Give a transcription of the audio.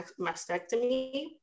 mastectomy